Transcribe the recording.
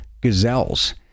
gazelles